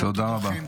תודה רבה.